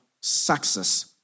success